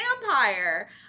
vampire